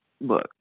look